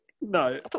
No